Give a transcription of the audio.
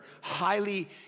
highly